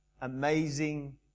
amazing